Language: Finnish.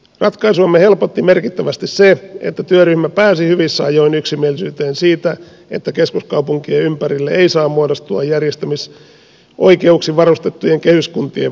ratkaisuamme helpotti merkittävästi se että työryhmä pääsi hyvissä ajoin yksimielisyyteen siitä että keskuskaupunkien ympärille ei saa muodostua järjestämisoikeuksin varustettujen kehyskuntien vannetta